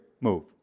move